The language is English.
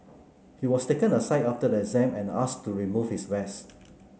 he was taken aside after the exam and ask to remove his vest